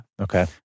Okay